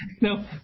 No